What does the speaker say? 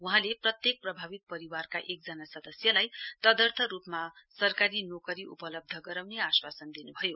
वहाँले प्रत्येक प्रभावित परिवारका एकजना सदस्यलाई तदर्थ रुपमा सरकारी नोकरी उपलब्ध गराउने आश्वासन दिनुभयो